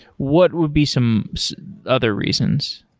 what would be some other reasons?